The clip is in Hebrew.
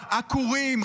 עקורים,